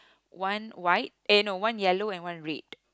one white and a one yellow and one red